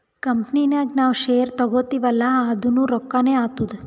company ನಾಗ್ ನಾವ್ share ತಗೋತಿವ್ ಅಲ್ಲಾ ಅದುನೂ ರೊಕ್ಕಾನೆ ಆತ್ತುದ್